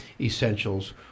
essentials